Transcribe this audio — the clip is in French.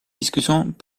discussions